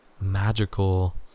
magical